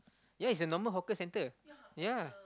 ya it's a normal hawker center ya